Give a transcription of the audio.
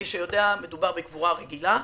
מי שיודע, מדובר בקבורה רגילה.